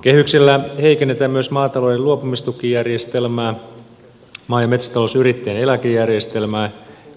kehyksillä heikennetään myös maatalouden luopumistukijärjestelmää maa ja metsätalousyrittäjien eläkejärjestelmää